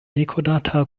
nekonata